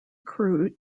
crew